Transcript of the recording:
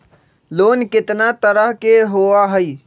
Loan केतना तरह के होअ हई?